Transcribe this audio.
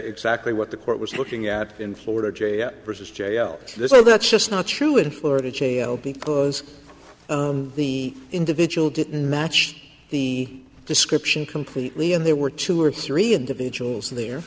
exactly what the court was looking at in florida jr versus jr well that's just not true in florida cheo because the individual didn't match the description completely and there were two or three individuals the